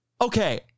okay